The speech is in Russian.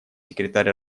секретарь